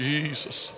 Jesus